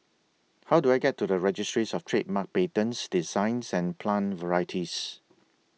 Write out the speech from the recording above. How Do I get to The Registries of Trademarks Patents Designs and Plant Varieties